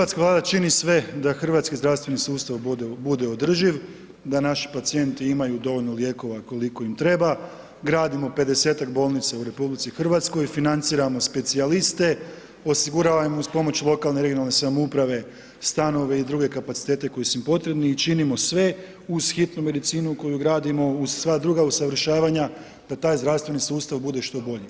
Hrvatska Vlada čini sve da hrvatski zdravstveni sustav bude održiv, da naši pacijenti imaju dovoljno lijekova koliko im treba, gradimo 50-ak bolnica u RH, financiramo specijaliste, osiguravamo uz pomoć lokalne i regionalne samouprave stanove i druge kapacitete koji su im potrebni i činimo sve uz hitnu medicinu koju gradimo uz sva druga usavršavanja da taj zdravstveni sustav bude što bolji.